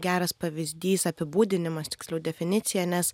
geras pavyzdys apibūdinimas tiksliau definicija nes